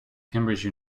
cambridge